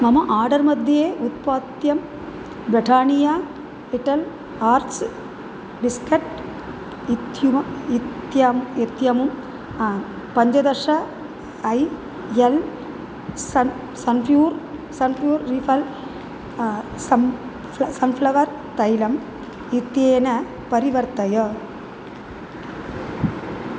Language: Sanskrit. मम आर्डर्मध्ये उत्पाद्यं ब्रेठानिया लिटल् आर्ट्स् बिस्कट् इत्युम इत्यम् इत्यमुं पञ्चदश ऐ एल् सन् सन्फ्यूर् सन्फ्यूर् रिफल् सन्फ सन्फ्लवर् तैलम् इत्येन परिवर्तय